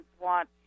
want